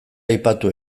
aipatu